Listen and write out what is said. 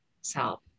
self